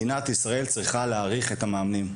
מדינת ישראל צריכה להעריך את המאמנים.